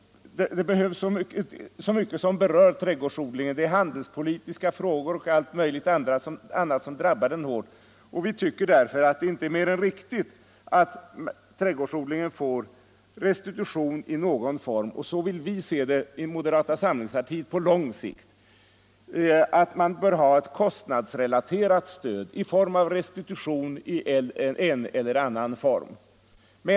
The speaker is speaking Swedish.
Det är så många saker som berör trädgårdsodlingen utan dennas förvållande, t.ex. handelspolitiska frågor och annat som drabbar den hårt. Inom moderata samlingspartiet tror vi på lång sikt mera på ett kostnadsrelaterat stöd i form av restitution i en eller annan form av erlagda avgifter.